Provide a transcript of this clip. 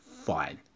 fine